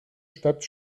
stadt